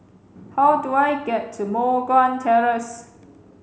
how do I get to Moh Guan Terrace